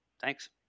Thanks